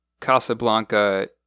Casablanca